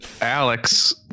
Alex